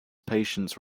patience